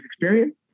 experience